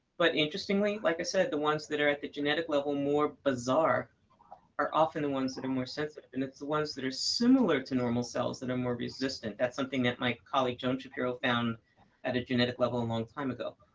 but interestingly, like i said, the ones that are at the genetic level more bizarre are often ones that are more sensitive. and it's the ones that are similar to normal cells that are more resistant. that's something that my colleague, joan shapiro, found at a genetic level a long time ago.